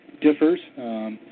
differs